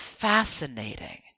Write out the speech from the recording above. fascinating